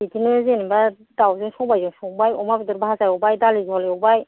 बिदिनो जेनबा दावजों सबाइजों संबाय अमा बेदर भाजा एवबाय दालि जहल एवबाय